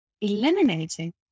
eliminating